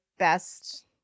best